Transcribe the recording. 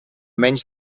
menys